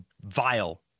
vile